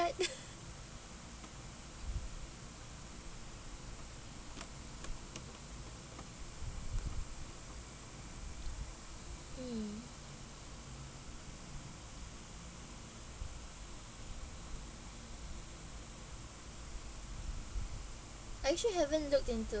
mm I actually haven't look into